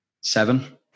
Seven